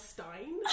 Stein